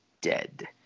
dead